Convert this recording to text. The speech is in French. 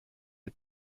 les